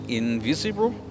invisible